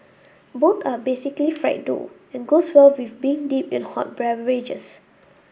both are basically fried dough and goes well with being dipped in hot beverages